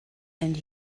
and